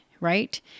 right